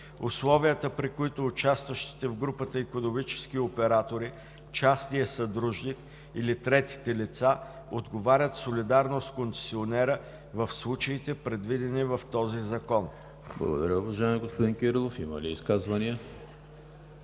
условията, при които участващите в групата икономически оператори, частният съдружник или третите лица отговорят солидарно с концесионера в случаите, предвидени в този закон.“.“ ПРЕДСЕДАТЕЛ ЕМИЛ ХРИСТОВ: Благодаря Ви, уважаеми господин Кирилов. Има ли изказвания?